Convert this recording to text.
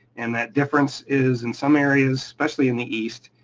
and that difference is, in some areas, especially in the east,